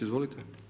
Izvolite.